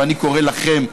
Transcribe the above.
ואני קורא לכם,